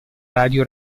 radio